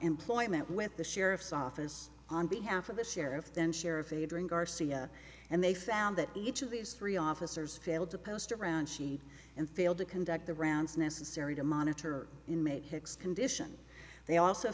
employment with the sheriff's office on behalf of the sheriff then sheriff a drink garcia and they found that each of these three officers failed to post around she and failed to conduct the rounds necessary to monitor inmate hicks condition they also